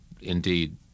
indeed